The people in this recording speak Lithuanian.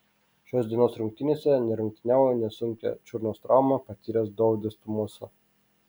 šios dienos rungtynėse nerungtyniavo nesunkią čiurnos traumą patyręs dovydas tumosa